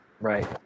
Right